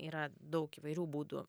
yra daug įvairių būdų